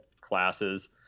classes